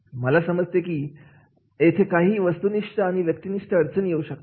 मला समजते आहे की येथे काहीही वस्तुनिष्ठ आणि व्यक्तिनिष्ठ अडचणी येऊ शकतात